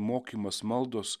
mokymas maldos